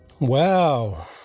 Wow